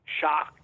shocked